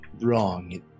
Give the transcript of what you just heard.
wrong